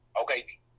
Okay